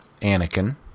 Anakin